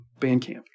Bandcamp